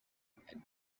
and